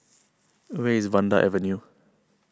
where is Vanda Avenue